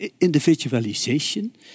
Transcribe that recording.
individualization